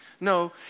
No